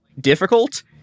difficult